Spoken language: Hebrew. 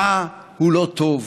רע הוא לא טוב,